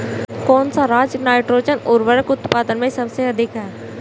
कौन सा राज नाइट्रोजन उर्वरक उत्पादन में सबसे अधिक है?